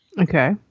Okay